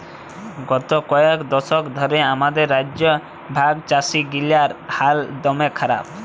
গত কয়েক দশক ধ্যরে আমাদের রাজ্যে ভাগচাষীগিলার হাল দম্যে খারাপ